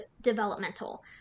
developmental